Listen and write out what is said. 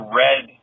red